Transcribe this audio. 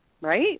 Right